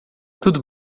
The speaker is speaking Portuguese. tudo